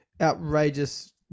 Outrageous